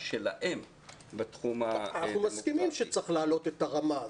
שלהם בתחום --- אנחנו מסכימים שצריך להעלות את הרמה.